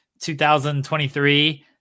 2023